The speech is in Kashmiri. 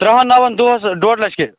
ترٛہَن ناوَن دۄہَس ڈۅڈ لَچھ کہِ